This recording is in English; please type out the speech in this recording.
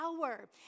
power